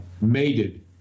mated